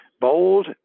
bold